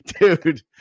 dude